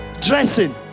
dressing